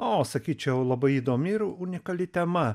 o sakyčiau labai įdomi ir unikali tema